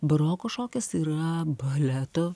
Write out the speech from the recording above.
baroko šokis yra baleto